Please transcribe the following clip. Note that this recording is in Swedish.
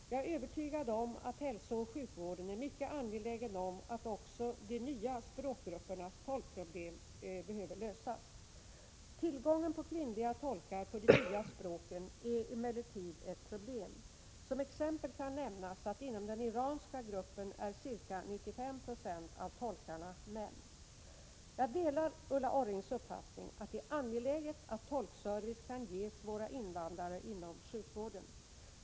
Jag är övertygad om att hälsooch sjukvården är mycket medveten om att också de nya språkgruppernas tolkproblem behöver lösas. Tillgången på kvinnliga tolkar på de nya språken är emellertid ett problem. Som exempel kan nämnas att inom den iranska gruppen ca 95 96 av tolkarna är män. Jag delar Ulla Orrings uppfattning att det är angeläget att tolkservice kan ges våra invandrare inom sjukvården.